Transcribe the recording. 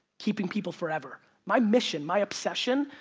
keeping people forever. my mission, my obsession,